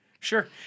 Sure